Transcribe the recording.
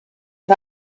and